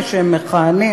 כשהם מכהנים,